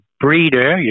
breeder